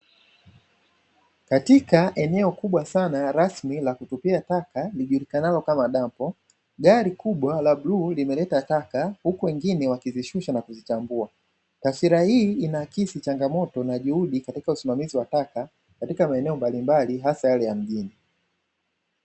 Katika eneo kubwa sana rasmi la kutupia taka lijulikanalo kama dampo, gari kubwa la bluu limeleta taka, huku wengine wakizishusha na kuzichambua. Taswira hii inaakisi changamoto na juhudi katika usimamizi wa taka katika maeneo mbalimbali hasa yale ya mjini.